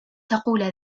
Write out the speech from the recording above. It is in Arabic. تقول